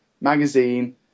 magazine